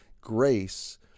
grace